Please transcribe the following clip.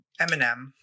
Eminem